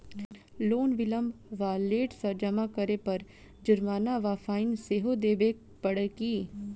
Loan विलंब वा late सँ जमा करै पर जुर्माना वा फाइन सेहो देबै पड़त की?